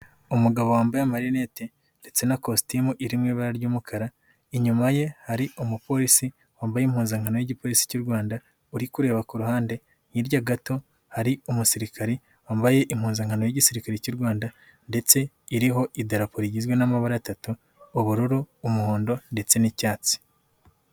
Umugabo wambaye amalinete ndetse na kositimu iri mu ibara ry'umukara, inyuma ye hari umupolisi wambaye impuzankano y'Igipolisi cy'u Rwanda uri kureba ku ruhande, hirya gato hari umusirikare wambaye impunzankano y'Igisirikare cy'u Rwanda ndetse iriho idarapo rigizwe n'amabara atatu: ubururu, umuhondo ndetse n'icyatsi.